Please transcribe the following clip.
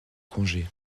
congé